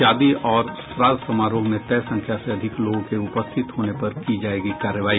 शादी और श्राद्व समारोह में तय संख्या से अधिक लोगों के उपस्थित होने पर की जायेगी कार्रवाई